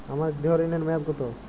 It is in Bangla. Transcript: আমার গৃহ ঋণের মেয়াদ কত?